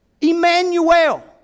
Emmanuel